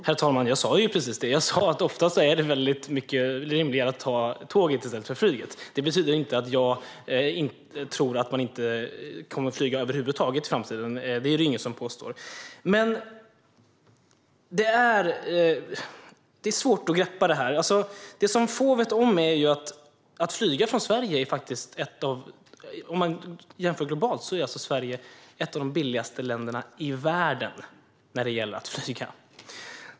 Herr talman! Jag sa precis det. Jag sa att det ofta är mycket rimligare att ta tåget i stället för flyget. Det betyder inte att jag tror att man i framtiden inte kommer att flyga över huvud taget. Det är det ingen som påstår. Det är svårt att greppa det här. Det som få vet om är att om man jämför globalt är Sverige ett av de billigaste länderna i världen när det gäller att flyga.